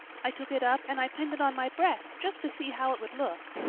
i took it up and i pinned it on my breast just to see how it would look.